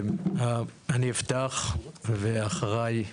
אני אפתח, אחריי